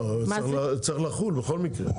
זה צריך לחול עליהן בכל מקרה,